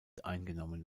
eingenommen